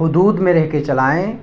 حدود میں رہ کے چلائیں